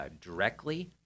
directly